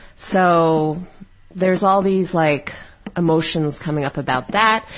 so there's all these like emotions coming up about that.